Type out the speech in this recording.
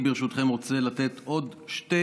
ברשותכם, אני רוצה לתת עוד שתי